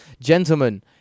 gentlemen